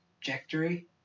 Trajectory